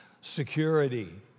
security